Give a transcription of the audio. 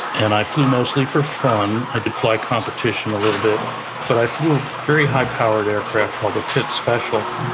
and i flew mostly for fun, i did fly competition a little bit but i flew a very high-powered aircraft called the pitts special,